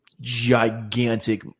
gigantic